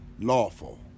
lawful